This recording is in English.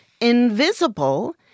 invisible